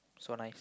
so nice